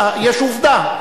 יש עובדה: